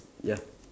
ya